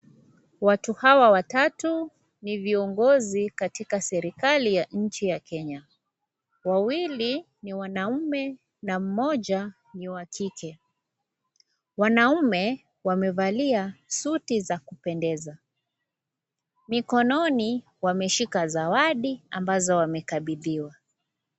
Watu hawa watatu ni viongozi katika serikali ya nchi ya Kenya, wawili ni wanaume na mmoja ni wa kike, wanaume wamevalia suti za kupendeneza, mikononi wameshika zawadi ambazo wamekabidhiwa.